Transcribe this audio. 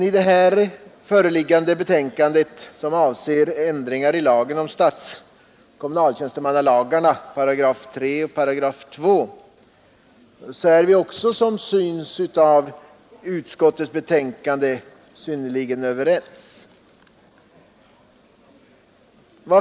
I den föreliggande frågan, som avser ändringar i statstjänstemannaoch kommunaltjänstemannalagarna, 3§ och 2§, är vi också som synes av utskottets betänkande synnerligen överens.